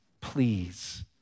please